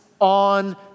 on